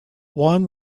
one